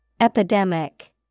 Epidemic